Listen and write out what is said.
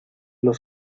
los